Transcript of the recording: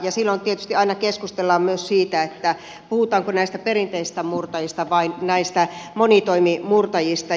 silloin tietysti aina keskustellaan myös siitä puhutaanko näistä perinteisistä murtajista vai näistä monitoimimurtajista